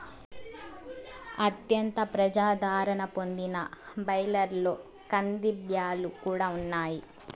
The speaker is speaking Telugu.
అత్యంత ప్రజాధారణ పొందిన బ్యాళ్ళలో కందిబ్యాల్లు కూడా ఉన్నాయి